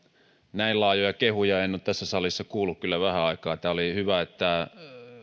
näin laajoja kehuja en ole tässä salissa kuullut kyllä vähän aikaan on hyvä että